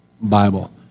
Bible